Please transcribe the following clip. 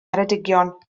ngheredigion